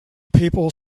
people